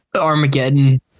Armageddon